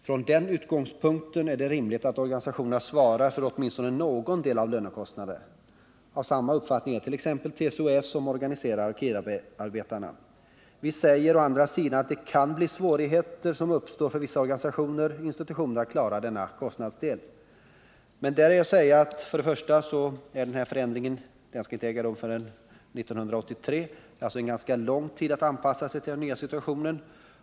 Från den utgångspunkten är det rimligt att organisationerna svarar för åtminstone någon del av lönekostnaderna. Av samma uppfattning är t.ex. TCO-S, som organiserar arkivarbetarna. Vi säger å andra sidan att svårigheter kan uppstå för vissa organisationer och institutioner att klara denna kostnadsdel. Men den här förändringen kommer inte att äga rum förrän 1983 — det finns alltså ganska lång tid för att anpassa sig till den nya situationen.